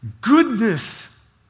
goodness